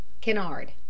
Kennard